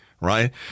right